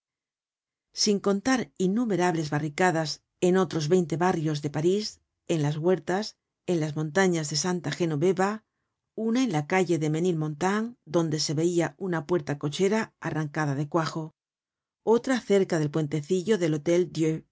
sin contar innumerables barricadas en otros veinte barrios de parís en las huertas en las montañas de santa genoveva una en la calle de menilmontant donde se veia una puerta-cochera arrancada de cuajo otra cerca del puentecillo del